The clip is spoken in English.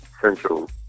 central